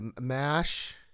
MASH